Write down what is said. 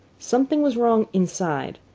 something was wrong inside,